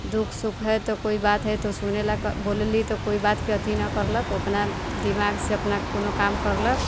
दुःख सुख है तऽ कोइ बात है तऽ सुनै लेल बोलली तऽ कोइ बातके अथी नहि करलक ओ अपना दिमागसँ अपना कोनो काम करलक